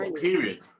period